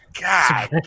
God